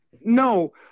No